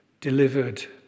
Delivered